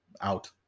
out